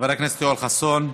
חבר הכנסת יואל חסון,